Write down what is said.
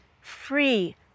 free